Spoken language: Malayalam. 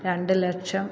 രണ്ട് ലക്ഷം